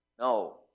No